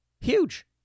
Huge